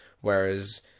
Whereas